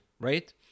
right